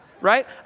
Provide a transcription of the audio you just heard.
Right